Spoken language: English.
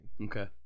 Okay